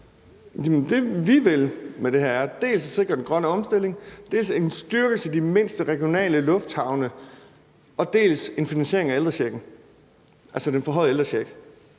det, vi vil med det her, er dels at sikre den grønne omstilling, dels en styrkelse af de mindste regionale lufthavne, dels en finansiering af ældrechecken, altså den forhøjede ældrecheck.